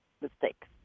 mistakes